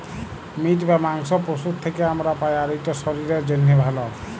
meet বা মাংস পশুর থ্যাকে আমরা পাই, আর ইট শরীরের জ্যনহে ভাল